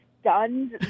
stunned